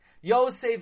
Yosef